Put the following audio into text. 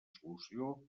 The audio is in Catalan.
solució